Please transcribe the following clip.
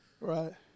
Right